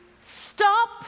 stop